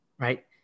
Right